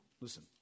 Listen